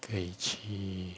可以去